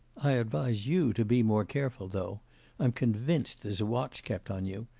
i advise you to be more careful, though i'm convinced there's a watch kept on you.